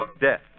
Death